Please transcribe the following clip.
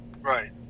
Right